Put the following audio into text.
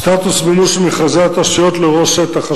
סטטוס מימוש מכרזי התשתיות לראש שטח.